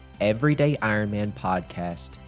everydayironmanpodcast